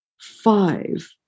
five